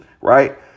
right